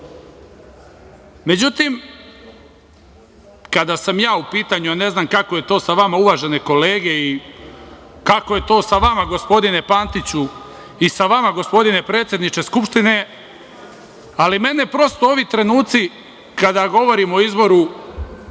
trebalo.Međutim, kada sam ja u pitanju, a ne znam kako je to sa vama, uvažene kolege, i kako je to sa vama, gospodine Pantiću, i sa vama, gospodine predsedniče Skupštine, ali mene prosto ovi trenuci kada govorim o izboru